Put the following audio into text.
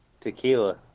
tequila